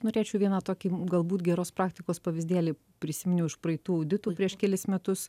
norėčiau vieną tokį galbūt geros praktikos pavyzdėlį prisiminiau iš praeitų auditų prieš kelis metus